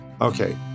Okay